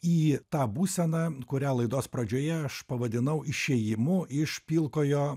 į tą būseną kurią laidos pradžioje aš pavadinau išėjimu iš pilkojo